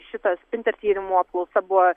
šita spinter tyrimų apklausa buvo